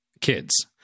kids